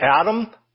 Adam